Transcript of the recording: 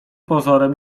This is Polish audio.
pozorem